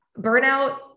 burnout